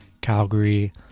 Calgary